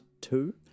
two